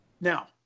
Now